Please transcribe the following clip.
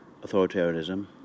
authoritarianism